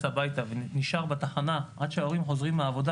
הביתה ונשאר בתחנה עד שההורים חוזרים מהעבודה,